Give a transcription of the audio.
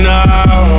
now